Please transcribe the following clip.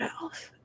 else